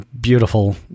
Beautiful